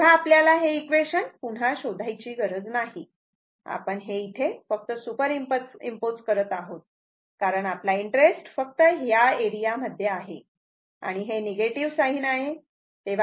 तेव्हा आपल्याला हे इक्वेशन पुन्हा शोधायची गरज नाही आपण हे इथे फक्त सुपर इम्पोज करत आहोत कारण आपला इंटरेस्ट फक्त या एरियामध्ये आहे आणि हे निगेटिव साईन आहे